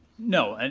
no, and